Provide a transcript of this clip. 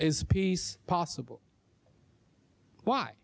is peace possible why